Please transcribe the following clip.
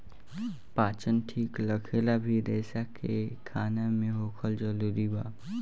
पाचन ठीक रखेला भी रेसा के खाना मे होखल जरूरी बा